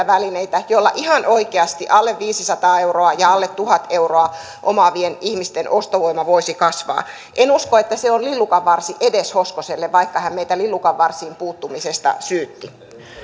välineitä joilla ihan oikeasti alle viisisataa euroa ja alle tuhat euroa omaavien ihmisten ostovoima voisi kasvaa en usko että se on lillukanvarsi edes hoskoselle vaikka hän meitä lillukanvarsiin puuttumisesta syytti